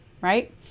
right